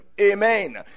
Amen